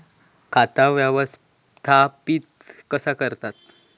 खाता व्यवस्थापित कसा करतत?